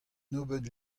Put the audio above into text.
nebeud